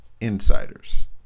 Insiders